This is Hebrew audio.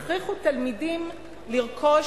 והכריחו תלמידים לרכוש